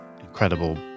incredible